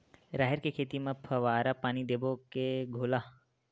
राहेर के खेती म फवारा पानी देबो के घोला?